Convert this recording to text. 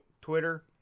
Twitter